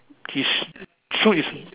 his suit is